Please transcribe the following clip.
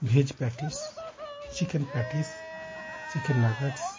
veg patties chicken patties chicken nuggets